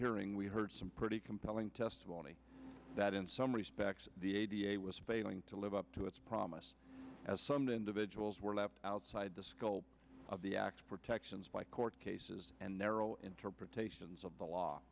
hearing we heard some pretty compelling testimony that in some respects was failing to live up to its promise as some individuals were left outside the scope of the act protections by court cases and narrow interpretations of the law